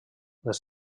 les